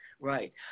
right